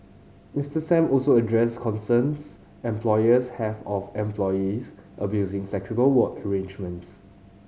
Mister Sam also addressed concerns employers have of employees abusing flexible work arrangements